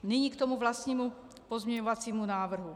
Nyní k tomu vlastnímu pozměňovacímu návrhu.